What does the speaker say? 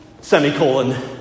semicolon